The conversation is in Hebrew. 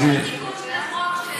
יש תיקון של חוק,